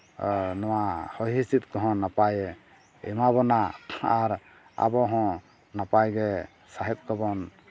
ᱱᱚᱣᱟ ᱦᱚᱭ ᱦᱤᱸᱥᱤᱫ ᱠᱚᱦᱚᱸ ᱱᱟᱯᱟᱭ ᱮᱢᱟᱵᱚᱱᱟ ᱟᱨ ᱟᱵᱚᱦᱚᱸ ᱱᱟᱯᱟᱭᱜᱮ ᱥᱟᱦᱮᱸᱫ ᱠᱚᱵᱚᱱ